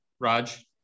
Raj